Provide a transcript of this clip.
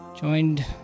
joined